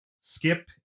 Skip